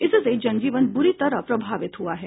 इससे जनजीवन बुरी तरह प्रभावित हुआ है